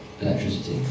electricity